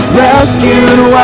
rescued